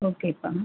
ஓகேப்பா